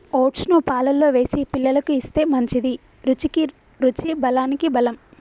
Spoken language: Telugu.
ఓట్స్ ను పాలల్లో వేసి పిల్లలకు ఇస్తే మంచిది, రుచికి రుచి బలానికి బలం